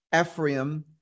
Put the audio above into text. Ephraim